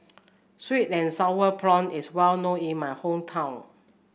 sweet and sour prawn is well known in my hometown